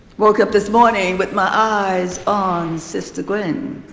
woke up this morning with my eyes on sister gwen.